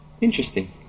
interesting